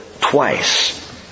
twice